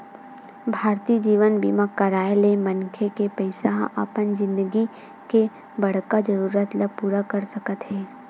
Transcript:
भारतीय जीवन बीमा कराय ले मनखे के पइसा ह अपन जिनगी के बड़का जरूरत ल पूरा कर सकत हे